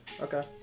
okay